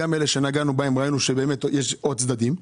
גם באלה שנגענו ראינו שיש עוד צדדים.